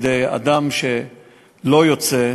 כי אדם שלא יוצא,